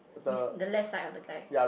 this the left side of the guy